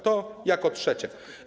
To jako trzecie.